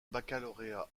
baccalauréat